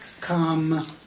come